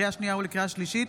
לקריאה השנייה ולקריאה השלישית,